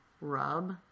Rub